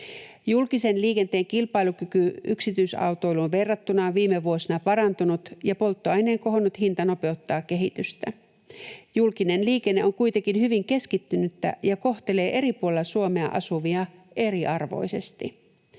Julkisen liikenteen kilpailukyky yksityisautoiluun verrattuna on viime vuosina parantunut, ja polttoaineen kohonnut hinta nopeuttaa kehitystä. Julkinen liikenne on kuitenkin hyvin keskittynyttä ja kohtelee eri puolilla Suomea asuvia eriarvoisesti.